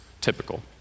typical